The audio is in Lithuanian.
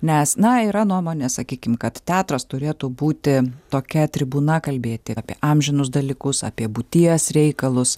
nes na yra nuomonė sakykim kad teatras turėtų būti tokia tribūna kalbėti apie amžinus dalykus apie būties reikalus